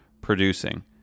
producing